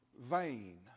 vain